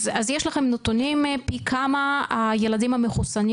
אז יש לכם נתונים פי כמה הילדים המחוסנים